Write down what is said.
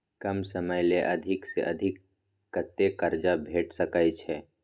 कम समय ले अधिक से अधिक कत्ते कर्जा भेट सकै छै?